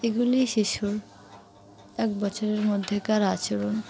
এগুলিই শিশুর এক বছরের মধ্যেকার আচরণ